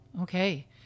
Okay